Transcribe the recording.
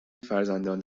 فرزندان